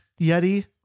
Yeti